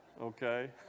Okay